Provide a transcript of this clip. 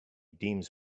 deems